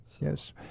yes